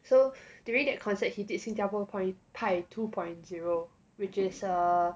so during that concert he did 新加坡派 two point zero which is a